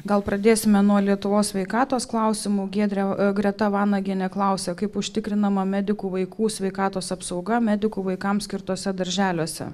gal pradėsime nuo lietuvos sveikatos klausimų giedrė greta vanagienė klausia kaip užtikrinama medikų vaikų sveikatos apsauga medikų vaikams skirtuose darželiuose